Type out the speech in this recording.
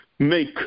Make